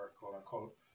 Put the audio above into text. quote-unquote